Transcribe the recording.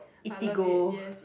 Eatigo